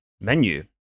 menu